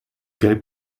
gelb